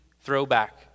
throwback